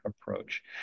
approach